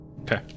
Okay